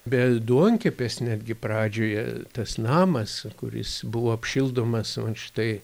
be duonkepės netgi pradžioje tas namas kuris buvo apšildomas vat štai